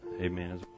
Amen